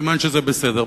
סימן שזה בסדר.